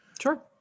Sure